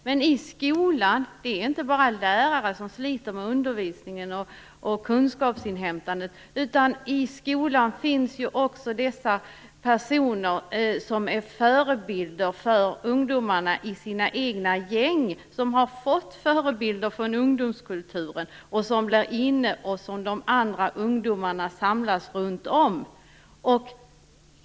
Men skolan är inte bara lärare som sliter med undervisningen och kunskapsinhämtandet, utan i skolan finns ju också ungdomar som är förebilder för de övriga i gänget, ungdomar som har tagit intryck av ungdomskulturen, som är "inne" och som de andra ungdomarna samlas runt omkring.